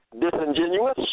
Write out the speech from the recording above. disingenuous